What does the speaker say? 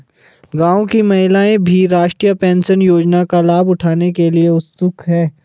गांव की महिलाएं भी राष्ट्रीय पेंशन योजना का लाभ उठाने के लिए उत्सुक हैं